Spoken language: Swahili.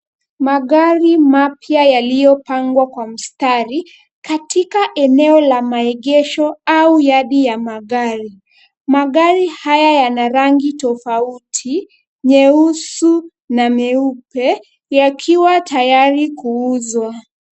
Magari mapya yaliyopangwa kwa mstari katika eneo la maegesho au yard ya magari. Magari haya yana rangi tofauti, nyeusi na meupe, yakiwa tayari kuuzwa.